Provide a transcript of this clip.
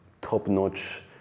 top-notch